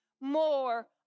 more